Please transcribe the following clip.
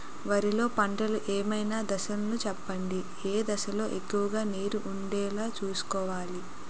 వరిలో పంటలు ఏమైన దశ లను చెప్పండి? ఏ దశ లొ ఎక్కువుగా నీరు వుండేలా చుస్కోవలి?